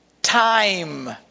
Time